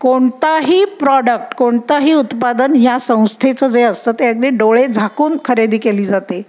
कोणताही प्रॉडक्ट कोणतंही उत्पादन ह्या संस्थेचं जे असतं ते अगदी डोळे झाकून खरेदी केली जाते